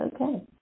Okay